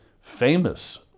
famous